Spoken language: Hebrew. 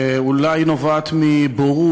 שאולי נובעת מבורות,